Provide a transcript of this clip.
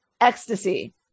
ecstasy